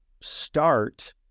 start